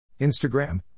Instagram